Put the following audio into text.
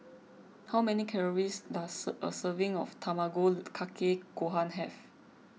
how many calories does a serving of Tamago Kake Gohan have